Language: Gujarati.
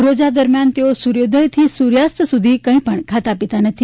રોજા દરમ્યાન તેઓ સૂર્યોદયથી સૂર્યાસ્ત સુધી કંઇપણ ખાતાપીતા નથી